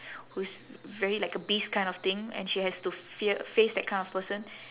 who's very like a beast kind of thing and she has to fear face that kind of person